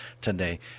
today